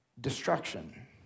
destruction